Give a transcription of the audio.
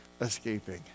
escaping